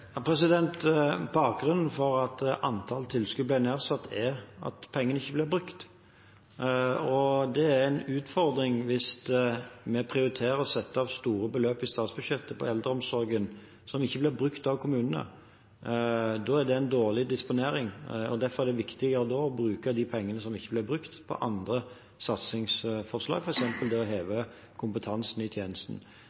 Bakgrunnen for at tilskuddet ble satt ned, er at pengene ikke ble brukt. Det er en utfordring hvis vi prioriterer å sette av store beløp i statsbudsjettet til eldreomsorgen som ikke blir brukt av kommunene. Da er det en dårlig disponering, og derfor er det viktigere å bruke de pengene som ikke blir brukt, på andre satsingsforslag, f.eks. det å heve